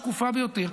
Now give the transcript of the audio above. שקופה ביותר,